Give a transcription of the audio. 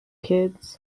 kids